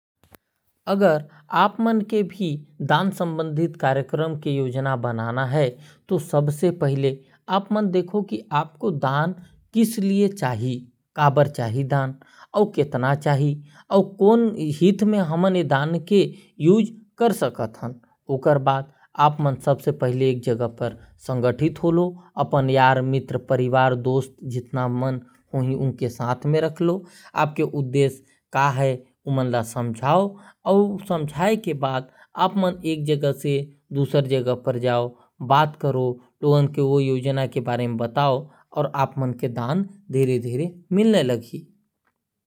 अगर आप मन के भी दान सम्बन्धी कार्यक्रम चलाना है तो। सबसे पहले ये देखना है कि दान कितना चाहे और का चीज बर चाही और एकर उपयोग कहा कहा करना है। ओकर बाद एक जगह संगठित होकर सब ला योजना ल बताना है। फिर धीरे धीरे दान मिले लगही।